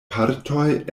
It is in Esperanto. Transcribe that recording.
partoj